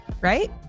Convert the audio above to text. right